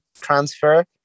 transfer